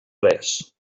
res